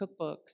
cookbooks